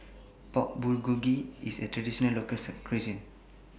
Pork Bulgogi IS A Traditional Local Cuisine